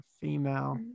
female